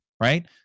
right